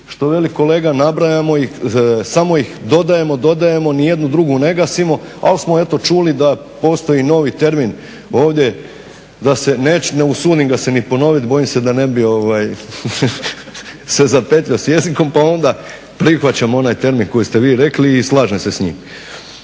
što veli kolega nabrajamo ih samo ih dodajemo, dodajemo nijednu drugu ne gasimo ali smo eto čuli da postoji novi termin ovdje. Ne usudim ga se ni ponoviti bojim se da ne bi ovaj se zapetljao sa jezikom pa onda prihvaćam onaj termin koji ste vi rekli i slažem se s njim.